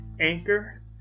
Anchor